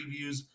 previews